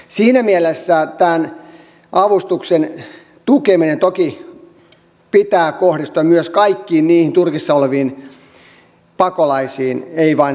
siinä mielessä tämän avustuksen tukemisen toki pitää kohdistua myös kaikkiin niihin turkissa oleviin pakolaisiin ei vain syyrialaispakolaisiin